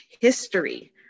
history